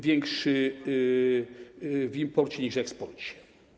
Większy był w imporcie niż w eksporcie.